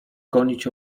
gonić